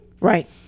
right